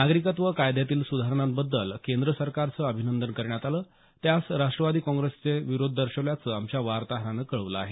नागरिकत्व कायद्यातील सुधारणाबद्दल केंद्र सरकारचे अभिनंदन करण्यात आलं त्यास राष्ट्रवादी काँग्रेसने विरोध दर्शवल्याच आमच्या वातोहरान कळवल आहे